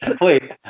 Wait